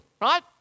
right